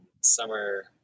Summer